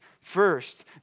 First